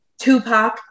Tupac